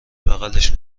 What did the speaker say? بغلش